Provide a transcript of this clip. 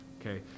okay